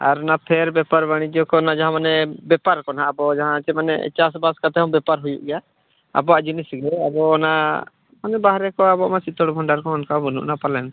ᱟᱨ ᱚᱱᱟ ᱯᱷᱮᱨ ᱵᱮᱯᱟᱨ ᱵᱟᱹᱱᱤᱡᱡᱚ ᱠᱚᱨᱮᱱᱟᱜ ᱡᱟᱦᱟᱸ ᱢᱟᱱᱮ ᱵᱮᱯᱟᱨ ᱠᱚ ᱦᱟᱸᱜ ᱟᱵᱚ ᱡᱟᱦᱟᱸ ᱪᱮ ᱢᱟᱱᱮ ᱪᱟᱥ ᱵᱟᱥ ᱠᱟᱛᱮᱫ ᱦᱚᱸ ᱵᱮᱯᱟᱨ ᱦᱩᱭᱩᱜ ᱜᱮᱭᱟ ᱟᱵᱚᱣᱟᱜ ᱡᱤᱱᱤᱥ ᱤᱭᱟᱹ ᱨᱮ ᱟᱵᱚ ᱚᱱᱟ ᱢᱟᱱᱮ ᱵᱟᱦᱨᱮ ᱠᱚ ᱟᱵᱚᱣᱟᱜ ᱢᱟ ᱵᱷᱟᱱᱰᱟᱨ ᱠᱚᱦᱚᱸ ᱵᱟᱹᱱᱩᱜᱼᱟ ᱯᱟᱞᱮᱱ